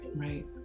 Right